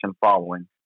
following